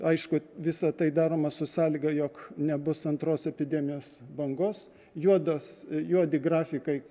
aišku visa tai daroma su sąlyga jog nebus antros epidemijos bangos juodos juodi grafikai